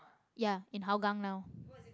ya in hougang now